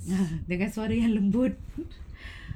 dengan suara lembut